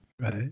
Right